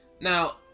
Now